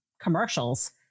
commercials